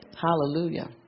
Hallelujah